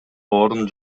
орун